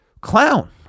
clown